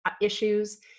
issues